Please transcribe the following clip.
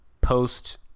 post